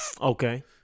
Okay